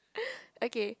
okay